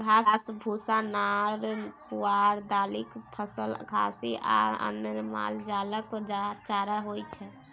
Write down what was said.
घास, भुस्सा, नार पुआर, दालिक फसल, घाठि आ अन्न मालजालक चारा होइ छै